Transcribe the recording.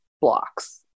blocks